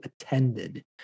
attended